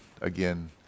again